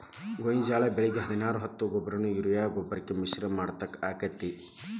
ಗೋಂಜಾಳ ಬೆಳಿಗೆ ಹದಿನಾರು ಹತ್ತು ಗೊಬ್ಬರವನ್ನು ಯೂರಿಯಾ ಗೊಬ್ಬರಕ್ಕೆ ಮಿಶ್ರಣ ಮಾಡಾಕ ಆಕ್ಕೆತಿ?